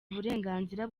uburenganzira